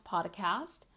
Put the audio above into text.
Podcast